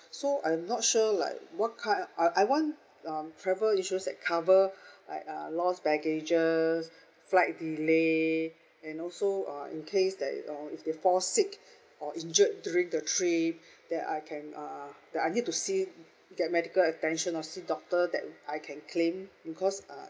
so I'm not sure like what kind I I want um travel insurance that cover like uh lost baggages flight delay and also uh in case that um if they fall sick or injured during the trip then I can uh that I need to see get medical attention or see doctor that I can claim because uh